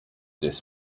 this